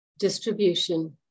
Distribution